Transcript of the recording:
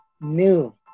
New